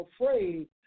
afraid